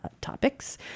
topics